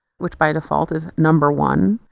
which by default is number one.